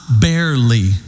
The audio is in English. barely